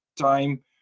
time